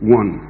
one